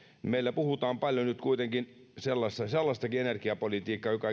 meillä puhutaan paljon nyt kuitenkin sellaistakin energiapolitiikkaa joka